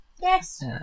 Yes